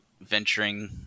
venturing